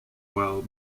while